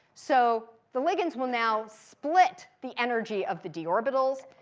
so, the ligands will now split the energy of the d orbitals.